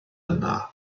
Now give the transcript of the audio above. yna